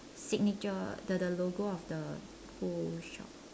signature the the logo of the whole shop